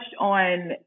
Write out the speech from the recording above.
on